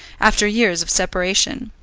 after years of separation.